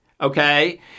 Okay